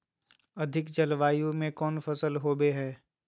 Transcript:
अधिक जलवायु में कौन फसल होबो है?